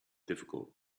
difficult